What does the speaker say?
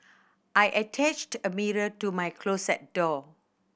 I attached a mirror to my closet door